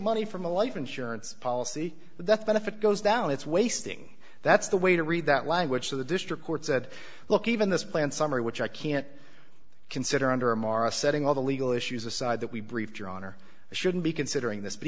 money from a life insurance policy that benefit goes down it's wasting that's the way to read that language so the district court said look even this plan summary which i can't consider under mara setting all the legal issues aside that we briefed your honor shouldn't be considering this but